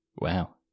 Wow